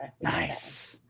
Nice